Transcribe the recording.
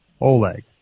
Oleg